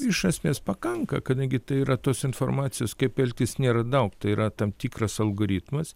iš esmės pakanka kadangi tai yra tos informacijos kaip elgtis nėra daug tai yra tam tikras algoritmas